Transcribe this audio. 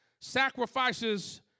sacrifices